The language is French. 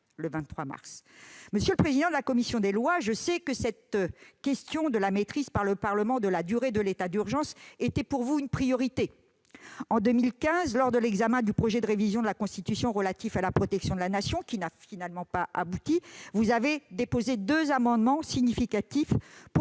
Monsieur le président de la commission des lois, je sais que la question de la maîtrise par le Parlement de la durée de l'état d'urgence était pour vous une priorité. En 2015, lors de l'examen du projet de révision de la Constitution relatif à la protection de la Nation, qui n'a finalement pas abouti, vous aviez déposé deux amendements significatifs pour préserver le pouvoir